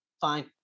fine